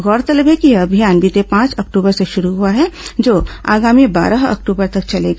गौरतलब है कि यह अभियान बीते पांच अक्टूबर से शुरू हुआ है जो आगामी बारह अक्टूबर तक चलेगा